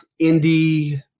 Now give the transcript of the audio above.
indie